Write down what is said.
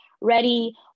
ready